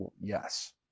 yes